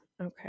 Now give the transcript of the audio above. Okay